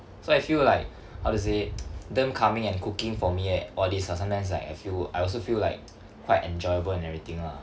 so I feel like how to say them coming and cooking for me e~ all this uh sometimes like I feel I also feel like quite enjoyable and everything lah